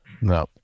no